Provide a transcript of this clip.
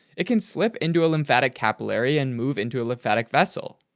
it can slip into a lymphatic capillary and move into a lymphatic vessel.